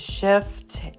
Shift